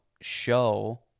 show